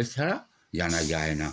এছাড়া জানা যায় না